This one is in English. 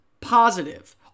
positive